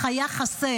אך היה חסר.